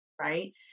right